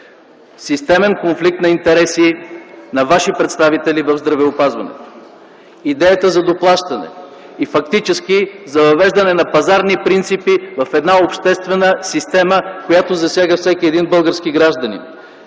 системен конфликт на интереси на ваши представители в здравеопазването. Идеята за доплащане и фактически за въвеждане на пазарни принципи в една обществена система, която засяга всеки един български гражданин.